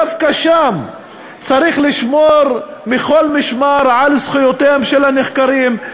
דווקא שם צריך לשמור מכל משמר על זכויותיהם של הנחקרים.